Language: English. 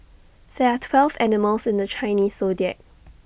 there are twelve animals in the Chinese Zodiac